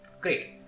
Great